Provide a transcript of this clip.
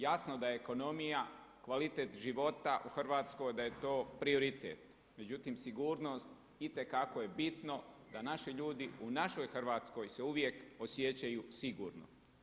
Jasno da je ekonomija kvalitete života u Hrvatskoj, da je to prioritet, međutim sigurnost itekako je bitno da naši ljudi u našoj Hrvatskoj se uvijek osjećaju sigurno.